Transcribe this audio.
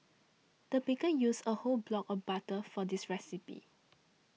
the baker used a whole block of butter for this recipe